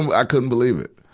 and i couldn't believe it.